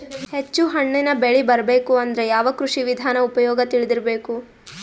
ಹೆಚ್ಚು ಹಣ್ಣನ್ನ ಬೆಳಿ ಬರಬೇಕು ಅಂದ್ರ ಯಾವ ಕೃಷಿ ವಿಧಾನ ಉಪಯೋಗ ತಿಳಿದಿರಬೇಕು?